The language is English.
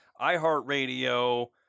iHeartRadio